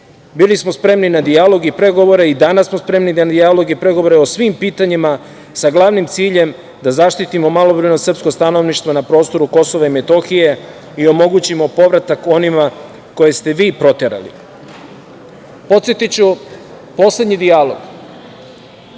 Bili smo spremni na dijaloge i pregovore i danas smo spremni na dijalog i pregovore o svim pitanjima, sa glavnim ciljem da zaštitimo malobrojno srpsko stanovništvo na prostoru KiM i omogućimo povratak onima koje ste vi proterali. Podsetiću, poslednji dijalog.